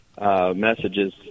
messages